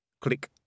Click